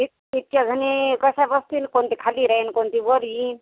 इत इतक्याजणी कसं बसतील कोणती खाली राहील कोणती वर येईल